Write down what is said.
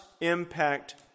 impact